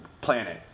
planet